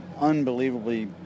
unbelievably